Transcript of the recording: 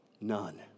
None